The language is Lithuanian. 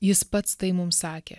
jis pats tai mums sakė